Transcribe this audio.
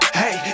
hey